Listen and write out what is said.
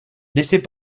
laissez